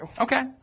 Okay